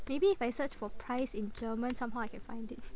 maybe if I search for price in German somehow I can find it